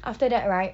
after that right